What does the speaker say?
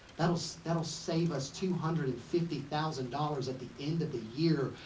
that'll so that'll save us two hundred and fifty thousand dollars at the end of the year.